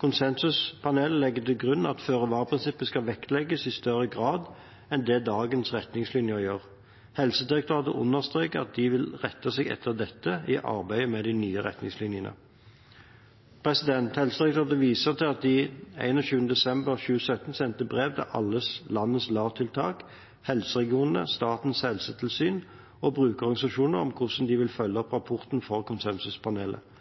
Konsensuspanelet legger til grunn at føre-var-prinsippet skal vektlegges i større grad enn det dagens retningslinje gjør. Helsedirektoratet understreker at de vil rette seg etter dette i arbeidet med de nye retningslinjene. Helsedirektoratet viser til at de 21. desember 2017 sendte brev til alle landets LAR-tiltak, helseregionene, Statens helsetilsyn og brukerorganisasjoner om hvordan de vil følge opp rapporten fra konsensuspanelet.